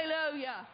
Hallelujah